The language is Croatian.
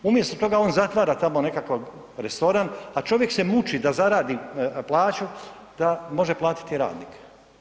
Umjesto toga, on zatvara tamo nekakav restoran, a čovjek se muči da zaradi plaću da može platiti radnike.